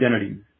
identity